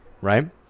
right